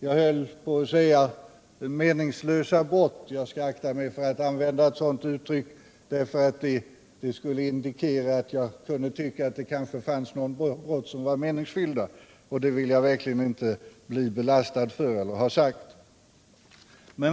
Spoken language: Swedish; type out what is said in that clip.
Jag höll på att säga ”meningslösa brott”, men jag skall akta mig för att använda ett sådant uttryck, eftersom det skulle indikera att jag tyckte att det kanske finns brott som är meningsfyllda, och det vill jag verkligen inte bli belastad med att ha sagt.